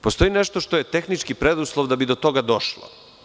Postoji nešto što je tehnički preduslov da bi do toga došlo.